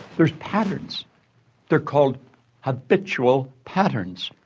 there's patterns they're called habitual patterns.